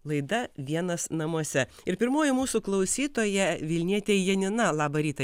laida vienas namuose ir pirmoji mūsų klausytoja vilnietė janina labą rytą